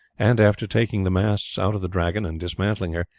and after taking the masts out of the dragon, and dismantling her,